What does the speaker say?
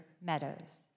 Meadows